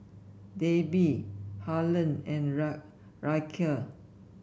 Debbie Harlen and Ryker